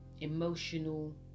emotional